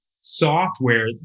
software